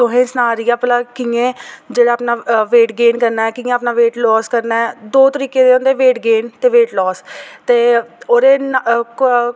तुसें ई सनांऽ दियां भला कि'यां जेह्ड़ा अपना वेट गेन करना कि'यां अपना वेट लॉस करना ऐ दो तरीके दे होंदे वेट गेन ते वेट लॉस ते ओह्दे